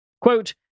Quote